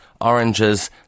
oranges